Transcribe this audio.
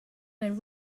when